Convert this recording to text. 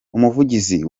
umuvugizi